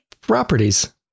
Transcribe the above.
properties